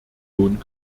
union